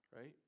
right